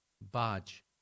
Badge